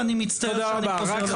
ואני מצטער שאני חוזר לחוקה.